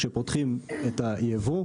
כפותחים את היבוא,